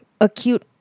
acute